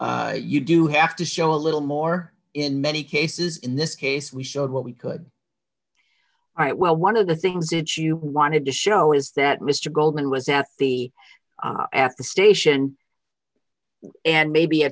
so you do have to show a little more in many cases in this case we showed what we could write well one of the things that you wanted to show is that mr goldman was at the at the station and maybe a